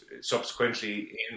subsequently